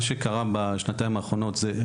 מה שקרה בשנתיים האחרונות זה,